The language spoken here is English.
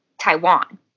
Taiwan